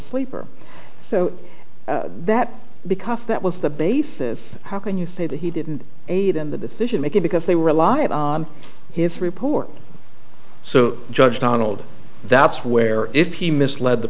sleeper so that because that was the basis how can you say that he didn't aid in the decision making because they were alive his report so judge donald that's where if he misled the